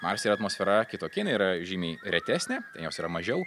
marse yra atmosfera kitokia jinai yra žymiai retesnė jos yra mažiau